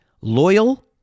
loyal